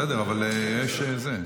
בסדר, אבל יש זה,